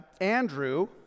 Andrew